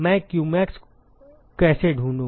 मैं क्यूमैक्स कैसे ढूंढूं